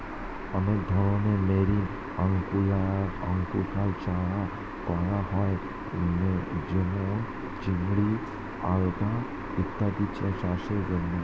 অনেক ধরনের marine aquaculture করা হয় যেমন চিংড়ি, আলগা ইত্যাদি চাষের জন্যে